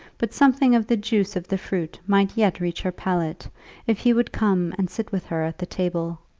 but something of the juice of the fruit might yet reach her palate if he would come and sit with her at the table.